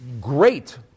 great